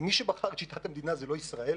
מי שבחר את שיטת המדידה זה לא ישראל,